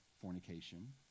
fornication